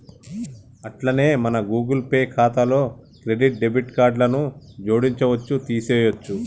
అట్లనే మన Google Pay ఖాతాలో క్రెడిట్ డెబిట్ కార్డులను జోడించవచ్చు తీసేయొచ్చు